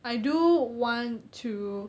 I do want to